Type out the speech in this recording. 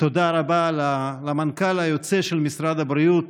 תודה רבה למנכ"ל היוצא של משרד הבריאות